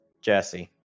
Jesse